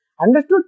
Understood